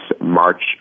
March